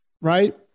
right